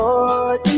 Lord